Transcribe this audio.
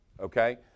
okay